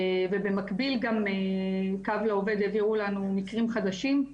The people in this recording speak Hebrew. ובמקביל גם קו לעובד העבירו לנו מקרים חדשים,